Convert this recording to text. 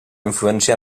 influència